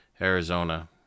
Arizona